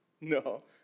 no